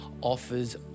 Offers